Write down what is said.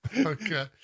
Okay